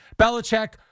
Belichick